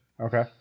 Okay